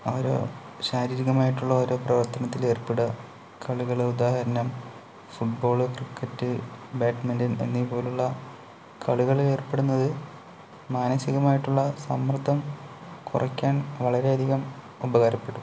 ആ ഒരു ശാരീരികമായിട്ടുള്ള ഓരോ പ്രവർത്തനത്തിൽ ഏർപ്പെടുക കളികൾ ഉദാഹരണം ഫുട്ബോള് ക്രിക്കറ്റ് ബാഡ്മിൻ്റൺ എന്നിവ പോലെയുള്ള കളികളിൽ ഏർപ്പെടുന്നത് മനസികമായിട്ടുള്ള സമ്മർദ്ദം കുറയ്ക്കാൻ വളരെയധികം ഉപകാരപ്പെടും